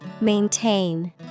Maintain